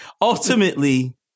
Ultimately